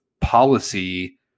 policy